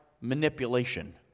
manipulation